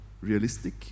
realistic